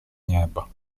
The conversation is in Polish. nieba